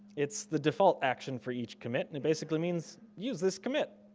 it's the default action for each commit and it basically means, use this commit.